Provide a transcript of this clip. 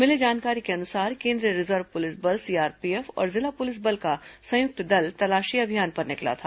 मिली जानकारी के अनुसार केंद्रीय रिजर्व पुलिस बल सीआरपीएफ और जिला पुलिस बल का संयुक्त दल तलाशी अभियान पर निकला था